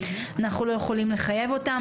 אנחנו לא יכולים לחייב אותם.